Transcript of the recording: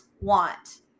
want